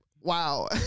wow